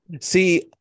See